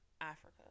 Africa